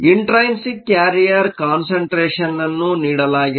intrinsic carrier concentration ಅನ್ನು ನೀಡಲಾಗಿದೆ